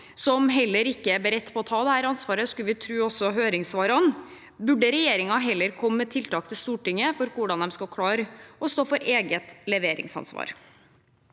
som heller ikke er beredt på å ta dette ansvaret, skal vi tro høringssvarene, burde regjeringen heller komme til Stortinget med tiltak for hvordan den skal klare å stå for eget leveringsansvar.